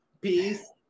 Peace